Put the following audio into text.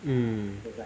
mm